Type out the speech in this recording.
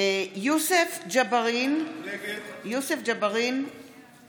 יוסף ג'בארין, נגד